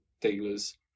dealers